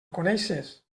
coneixes